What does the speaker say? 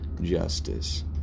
justice